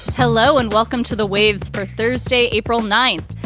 hello and welcome to the waves for thursday, april ninth.